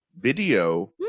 video